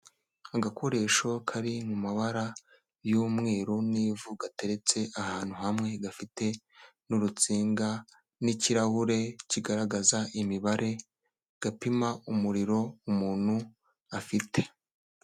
Agakoresho kari mu mabara y'umweru n'ivu gateretse ahantu hamwe, gafite n'urutsinga n'ikirahure kigaragaza imibare, gapima umuriro umuntu afite.